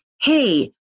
hey